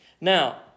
Now